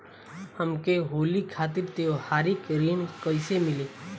हमके होली खातिर त्योहारी ऋण कइसे मीली?